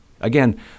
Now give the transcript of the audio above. Again